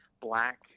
black